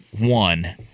one